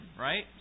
right